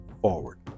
forward